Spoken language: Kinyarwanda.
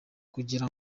kugira